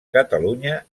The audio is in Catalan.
catalunya